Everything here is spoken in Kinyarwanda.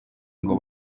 ngo